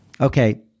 Okay